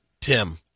Tim